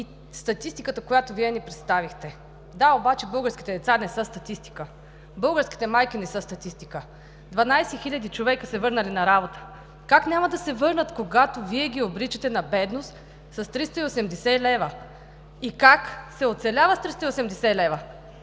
и статистиката, която Вие ни представихте. Да, обаче българските деца не са статистика, българските майки не са статистика. Дванадесет хиляди човека се върнали на работа. Как няма да се върнат, когато Вие ги обричате на бедност с 380 лв. и как се оцелява с 380 лв.